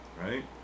Right